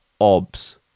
Ob's